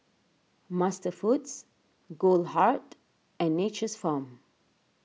MasterFoods Goldheart and Nature's Farm